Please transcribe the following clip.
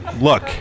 look